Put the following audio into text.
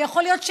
ויכול להיות,